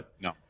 No